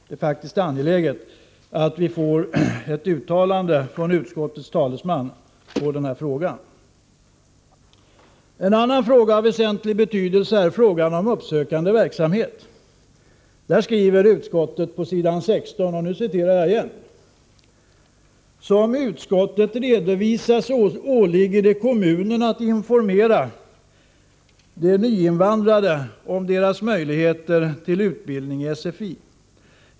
Det är faktiskt angeläget att vi på denna punkt får ett uttalande från utskottets talesman. Av väsentlig betydelse är också frågan om medel till uppsökande verksamhet. Om detta skriver utskottet på s. 16: ”Som utskottet redovisat åligger det kommunerna att informera de nyinvandrade om deras möjlighet till utbildning i sfi.